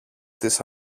της